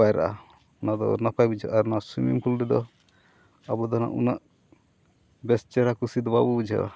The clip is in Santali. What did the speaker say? ᱯᱟᱭᱨᱟᱜᱼᱟ ᱚᱱᱟ ᱫᱚ ᱱᱟᱯᱟᱭ ᱵᱩᱡᱷᱟᱹᱜᱼᱟ ᱱᱚᱣᱟ ᱨᱮᱫᱚ ᱟᱵᱚ ᱫᱚ ᱱᱟᱦᱟᱜ ᱩᱱᱟᱹᱜ ᱵᱮᱥ ᱪᱮᱦᱨᱟ ᱠᱩᱥᱤ ᱫᱚ ᱵᱟᱵᱚ ᱵᱩᱡᱷᱟᱹᱜᱼᱟ